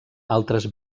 altres